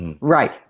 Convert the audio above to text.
Right